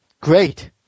great